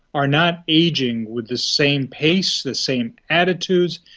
are not ageing with the same pace, the same attitudes,